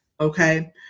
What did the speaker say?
okay